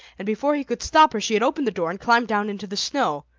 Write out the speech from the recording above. and before he could stop her she had opened the door and climbed down into the snow.